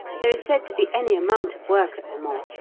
there is said to be any amount of work at le mans.